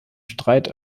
streit